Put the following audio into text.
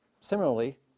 similarly